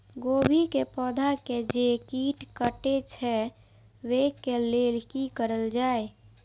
गोभी के पौधा के जे कीट कटे छे वे के लेल की करल जाय?